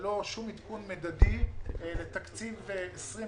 ללא שום עדכון מדדי, לתקציב 2020,